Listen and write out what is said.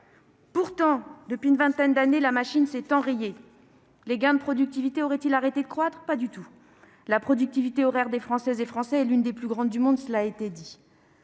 Pourtant, depuis une vingtaine d'années, la machine s'est enrayée. Les gains de productivité auraient-ils arrêté de croître ? Absolument pas ! La productivité horaire des Français est l'une des plus importantes au monde, cela a été